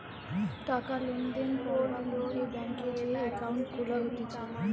টাকা লেনদেন করবার লিগে ব্যাংকে যে একাউন্ট খুলা হতিছে